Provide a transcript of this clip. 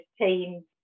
team